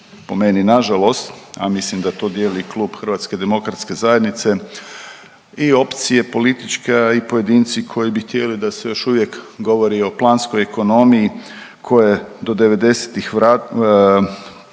po meni nažalost, a mislim da to dijeli i klub HDZ-a i opcije politička i pojedinci koji bi htjeli da se još uvijek govori o planskoj ekonomiji koje je